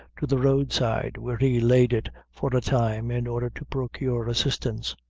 to the roadside, where he laid it for a time, in order to procure assistance.